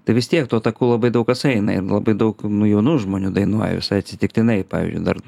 tai vis tiek tuo taku labai daug kas eina ir labai daug jaunų žmonių dainuoja visai atsitiktinai pavyzdžiui dar